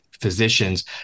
physicians